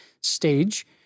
stage